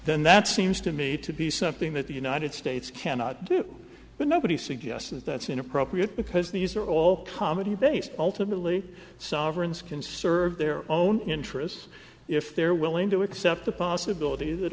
then that seems to me to be something that the united states cannot do but nobody suggests that that's inappropriate because these are all comedy based ultimately sovereigns can serve their own interests if they're willing to accept the possibility that